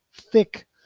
thick